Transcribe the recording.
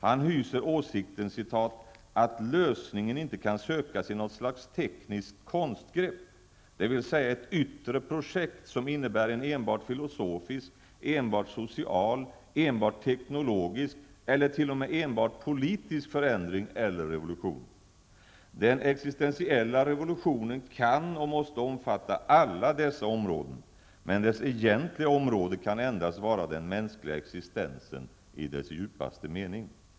Han hyser åsikten, ''att lösningen inte kan sökas i något slags tekniskt konstgrepp, dvs. ett yttre projekt som innebär en enbart filosofisk, enbart social, enbart teknologisk eller t.o.m. enbart politisk förändring eller revolution. Den existentiella revolutionen kan och måste omfatta alla dessa områden. Men dess egentliga område kan endast vara den mänskliga existensen i dess djupaste mening.